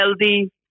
healthy